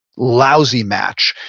lousy match,